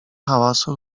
hałasu